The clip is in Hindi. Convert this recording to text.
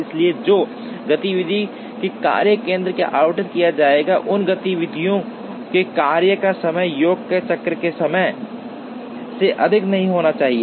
इसलिए जो गतिविधियाँ किसी कार्य केंद्र को आवंटित की जाती हैं उन गतिविधियों के कार्य समय का योग चक्र के समय से अधिक नहीं होना चाहिए